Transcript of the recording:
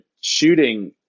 shooting